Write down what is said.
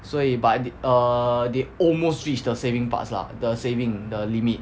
所以 but they err they almost reach the saving parts lah the saving the limit